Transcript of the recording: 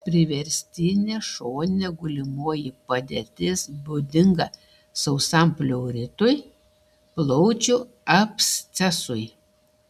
priverstinė šoninė gulimoji padėtis būdinga sausam pleuritui plaučių abscesui